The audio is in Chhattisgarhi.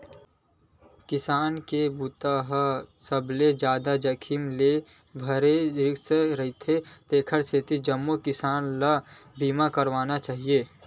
किसानी के बूता ह सबले जादा जाखिम ले भरे रिस्की रईथे तेखर सेती जम्मो किसान ल बीमा करवाना चाही